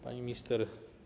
Pani Minister!